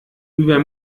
über